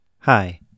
Hi